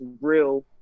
real